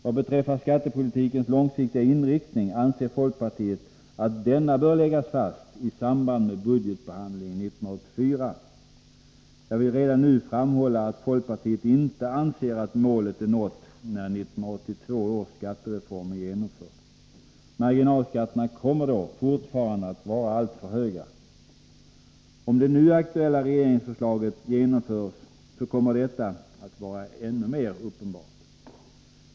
Vad beträffar skattepolitikens långsiktiga inriktning anser folkpartiet att denna bör läggas fast i samband med budgetbehandlingen 1984. Jag vill redan nu framhålla att folkpartiet inte anser att målet är nått när 1982 års skattereform är genomförd. Marginalskatterna kommer då fortfarande att vara alltför höga. Om det nu aktuella regeringsförslaget genomförs kommer detta att vara ännu mer uppenbart.